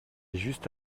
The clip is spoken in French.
juste